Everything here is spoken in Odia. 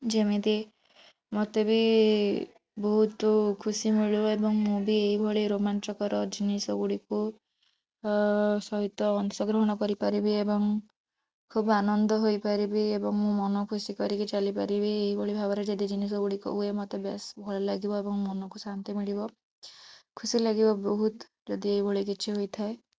ଯେମିତି ମୋତେ ବି ବହୁତ ଖୁସି ମିଳିବ ଆଉ ମୁଁ ବି ଏଇଭଳି ରୋମାଞ୍ଚକର ଜିନିଷ ଗୁଡ଼ିକୁ ସହିତ ଅଂଶଗ୍ରହଣ କରିପାରିବି ଏବଂ ଖୁବ୍ ଆନନ୍ଦ ହୋଇପାରିବି ଏବଂ ମୁଁ ମନଖୁସି କରିକି ଚାଲିପାରିବି ଏଇଭଳି ଭାବରେ ଯଦି ଜିନିଷ ଗୁଡ଼ିକ ହୁଏ ମୋତେ ବେସ୍ ଭଲଲାଗିବ ଏବଂ ମନକୁ ଶାନ୍ତି ମିଳିବ ଖୁସି ଲାଗିବ ବହୁତ ଯଦି ଏଇଭଳି କିଛି ହୋଇଥାଏ